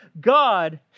God